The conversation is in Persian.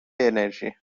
انرژی